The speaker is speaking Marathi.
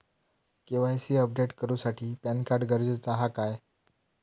के.वाय.सी अपडेट करूसाठी पॅनकार्ड गरजेचा हा काय?